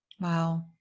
Wow